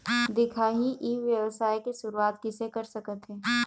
दिखाही ई व्यवसाय के शुरुआत किसे कर सकत हे?